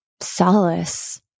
solace